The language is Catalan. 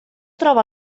troba